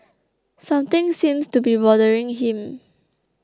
something seems to be bothering him